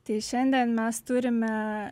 tai šiandien mes turime